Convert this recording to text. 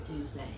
Tuesday